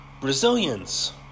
Brazilians